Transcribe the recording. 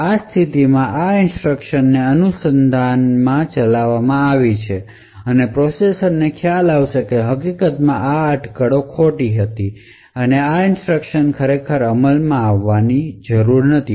તેથી આ સ્થિતિમાં આ ઇન્સટ્રકશન ને અનુસંધાનમાં ચલાવવામાં આવી છે પ્રોસેસર ને ખ્યાલ આવશે કે હકીકતમાં આ અટકળો ખોટી હતી અને આ ઇન્સટ્રકશન ખરેખર અમલમાં ન હતી